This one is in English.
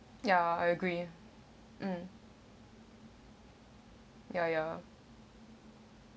ya I agree mm ya ya